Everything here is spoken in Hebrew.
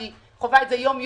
אני חווה את זה יום-יום